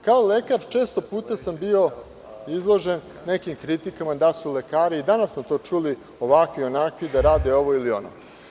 Kao lekar često puta sam bio izložen nekim kritikama da mi lekari, i danas smo to čuli, ovakvi ili onakvi, da rade ovo ili ono.